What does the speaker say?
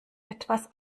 etwas